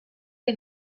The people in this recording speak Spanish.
que